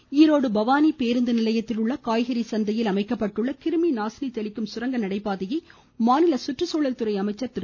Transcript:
கருப்பணன் ஈரோடு பவானி பேருந்துநிலையத்தில் உள்ள காய்கறி சந்தையில் அமைக்கப்பட்டுள்ள கிருமி நாசினி தெளிக்கும் சுரங்க நடைபாதையை மாநில சுற்றுச்சூழல் துறை அமைச்சர் திரு